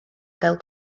gael